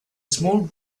small